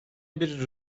bir